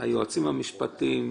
הסניגור הראשי,